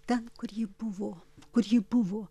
ten kur ji buvo kur ji buvo